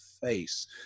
face